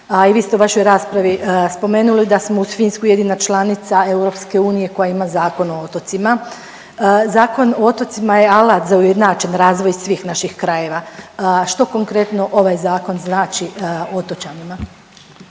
i vi ste u vašoj raspravi spomenuli da smo uz Finsku jedina članica EU koja ima Zakon o otocima. Zakon o otocima je alat za ujednačen razvoj svih naših krajeva. Što konkretno ovaj zakon znači otočanima?